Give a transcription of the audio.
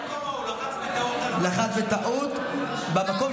ישב לא במקומו, הוא לחץ בטעות על הלחצן